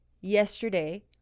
yesterday